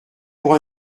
pour